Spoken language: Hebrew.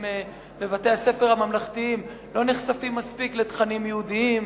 בבתי-הספר הממלכתיים לא נחשפים מספיק לתכנים יהודיים,